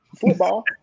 Football